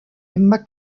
emma